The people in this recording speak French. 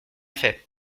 fait